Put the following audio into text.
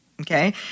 Okay